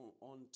on